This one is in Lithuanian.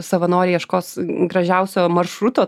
savanoriai ieškos gražiausio maršruto